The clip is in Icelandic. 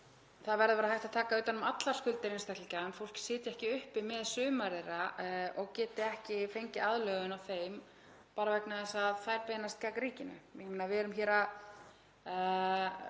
það verði að vera hægt að taka utan um allar skuldir einstaklinga en fólk sitji ekki uppi með sumar þeirra og geti ekki fengið aðlögun á þeim bara vegna þess að þær beinast gegn ríkinu. Við erum hér að